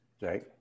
Jake